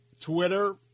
Twitter